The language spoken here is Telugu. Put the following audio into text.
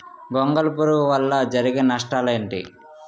గొంగళి పురుగు వల్ల జరిగే నష్టాలేంటి?